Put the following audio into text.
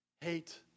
Hate